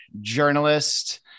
journalist